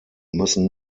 müssen